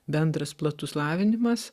bendras platus lavinimas